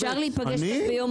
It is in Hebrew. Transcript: אני?